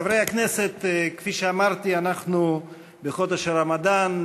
חברי הכנסת, כפי שאמרתי, אנחנו בחודש הרמדאן.